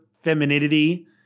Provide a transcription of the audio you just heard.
femininity